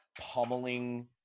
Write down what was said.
pummeling